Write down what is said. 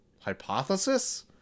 hypothesis